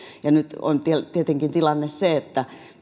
nyt on tietenkin tilanne se että